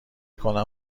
کنم